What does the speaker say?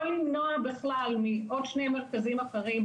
או למנוע בכלל מעוד שני מרכזים אחרים,